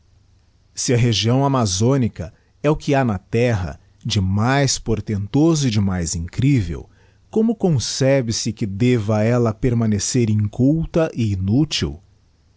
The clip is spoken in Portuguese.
se a região amazonica é o que ha na terra de mais portentoso e de mais incrível como concebe se que deva ella permanecer inculta e inútil